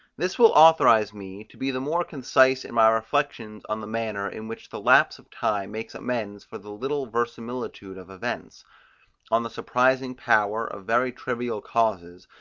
this will authorize me to be the more concise in my reflections on the manner, in which the lapse of time makes amends for the little verisimilitude of events on the surprising power of very trivial causes,